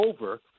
over